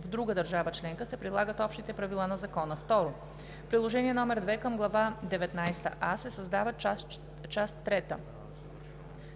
в друга държава членка, се прилагат общите правила на закона.“ 2. В приложение № 2 към глава деветнадесета „а“ се създава част трета: